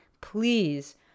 please